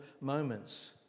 moments